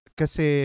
kasi